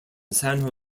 san